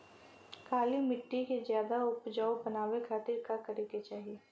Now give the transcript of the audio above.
काली माटी के ज्यादा उपजाऊ बनावे खातिर का करे के चाही?